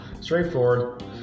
Straightforward